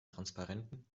transparenten